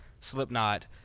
Slipknot